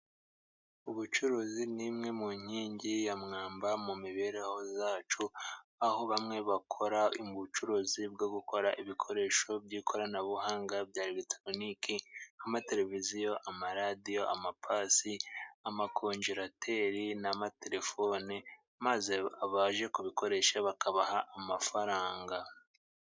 Ubucuruzi ni imwe mu nkingi ya mwamba mu mibereho yacu, aho bamwe bakora mu bucuruzi bwo gukora ibikoresho by'ikoranabuhanga bya elegitoroniki nk'amateleviziyo, amaradiyo, amapasi, amakonjirateri n'amatelefone maze abaje kubikoresha bakabaha amafaranga.